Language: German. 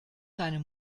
seine